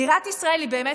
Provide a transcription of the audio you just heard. בירת ישראל היא באמת,